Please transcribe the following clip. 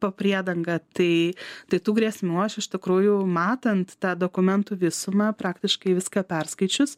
po priedanga tai tai tų grėsmių aš iš tikrųjų matant tą dokumentų visumą praktiškai viską perskaičius